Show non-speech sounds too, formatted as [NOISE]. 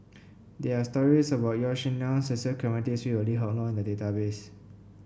there are stories about Yaw Shin Leong Cecil Clementi Smith and Lee Hock [UNINTELLIGIBLE] in the database